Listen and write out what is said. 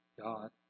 God